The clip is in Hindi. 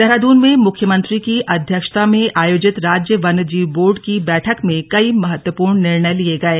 देहरादून में मुख्यमंत्री की अध्यक्षता में आयोजित राज्य वन्य जीव बोर्ड की बैठक में कई महत्वपूर्ण निर्णय लिये गये